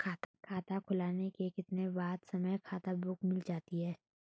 खाता खुलने के कितने समय बाद खाता बुक मिल जाती है?